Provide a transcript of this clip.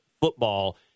Football